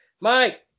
Mike